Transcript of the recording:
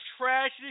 tragedy